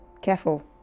Careful